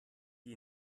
die